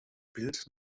bild